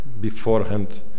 beforehand